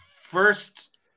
First